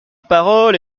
parole